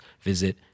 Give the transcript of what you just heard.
visit